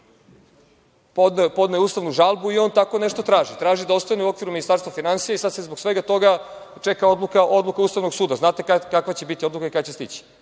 je ustavnu žalbu i on tako nešto traži, traži da ostane u okviru Ministarstva finansija i sada se zbog svega toga čeka odluka Ustavnog suda. Znate kakva će biti odluka i kada će stići.